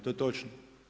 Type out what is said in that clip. To je točno.